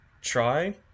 try